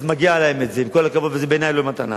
אז מגיע להם, עם כל הכבוד, וזה בעיני לא מתנה.